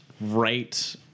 right